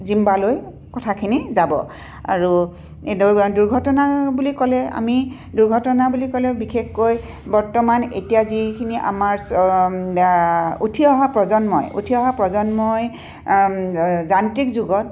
জিম্বালৈ কথাখিনি যাব আৰু এই দুৰ্ঘটনা বুলি ক'লে আমি দুৰ্ঘটনা বুলি ক'লে বিশেষকৈ বৰ্তমান এতিয়া যিখিনি আমাৰ উঠি অহা প্ৰজন্মই উঠি অহা প্ৰজন্মই যান্ত্ৰিক যুগত